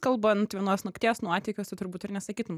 kalbant vienos nakties nuotykius tai turbūt ir nesakytum